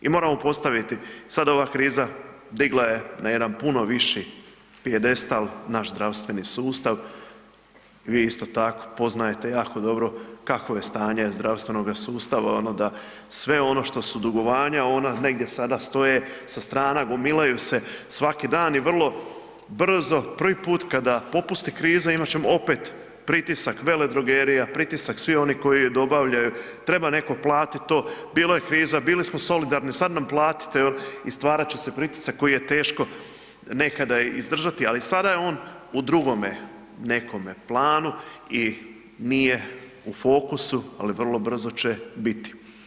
I moramo postaviti, sad ova kriza digla je na jedan puno viši pijedestal naš zdravstveni sustav, vi isto tako poznajete jako dobro kakvo je stanje zdravstvenog sustava ono da sve ono što su dugovanja ona, negdje sada stoje sa strane, gomilaju se svaki dan i vrlo brzo prvi put kada popusti kriza, imat ćemo opet pritisak veledrogerija, pritisak svih onih koji je dobavljaju, treba netko platiti to, bilo je kriza, bili smo solidarni, sad nam platite i stvarat će se pritisak koji je teško nekada izdržati, ali sada je on u drugome nekome planu i nije u fokusu, ali vrlo brzo će biti.